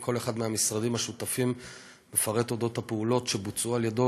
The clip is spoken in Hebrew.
וכל אחד מהמשרדים השותפים מפרט את הפעולות שבוצעו על-ידיו